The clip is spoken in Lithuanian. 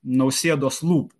nausėdos lūpų